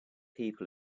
people